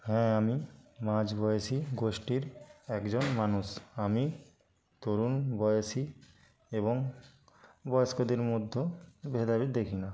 হ্যাঁ আমি মাঝবয়সী গোষ্ঠীর একজন মানুষ আমি তরুণ বয়সী এবং বয়স্কদের মধ্যে ভেদাভেদ দেখি না